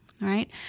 Right